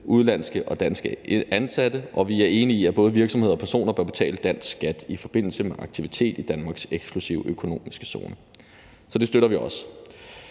udenlandske og danske ansatte, og vi er enige i, at både virksomheder og personer bør betale dansk skat i forbindelse med aktivitet i Danmarks eksklusive økonomiske zone. Så det støtter vi også.